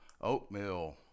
oatmeal